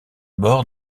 bords